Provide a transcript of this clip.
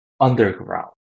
underground